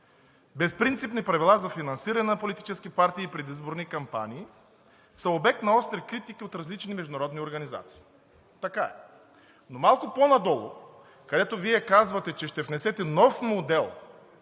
Безпринципни правила за финансиране на политически партии и предизборни кампании са обект на остри критики от различни международни организации. Така е. Но малко по-надолу, където Вие казвате, че ще внесете нов модел,